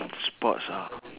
sports ah